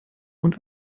und